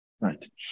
right